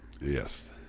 Yes